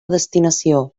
destinació